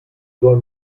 soll